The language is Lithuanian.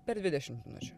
per dvidešimt minučių